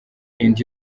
and